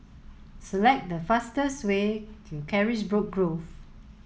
select the fastest way to Carisbrooke Grove